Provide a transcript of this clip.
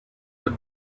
the